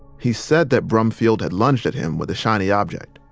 he said that brumfield had lunged at him with a shiny object.